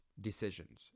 decisions